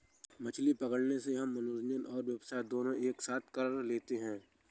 मछली पकड़ने से हम मनोरंजन और व्यवसाय दोनों साथ साथ कर लेते हैं